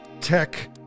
Tech